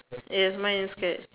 yes mine is skirt